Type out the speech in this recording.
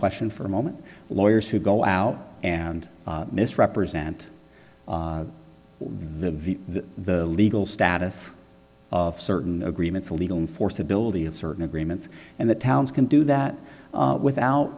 question for a moment lawyers who go out and misrepresent the the legal status of certain agreements legal force ability of certain agreements and the towns can do that without